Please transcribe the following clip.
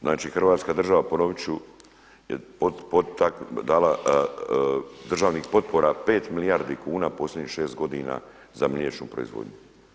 Znači Hrvatska država ponovit ću je dala državnih potpora pet milijardi kuna posljednjih šest godina za mliječnu proizvodnju.